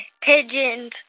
pigeons